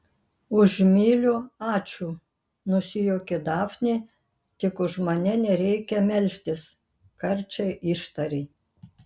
už myliu ačiū nusijuokė dafnė tik už mane nereikia melstis karčiai ištarė